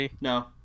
No